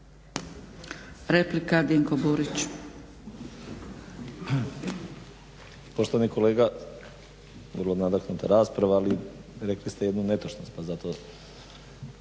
Replika, Dinko Burić.